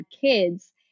kids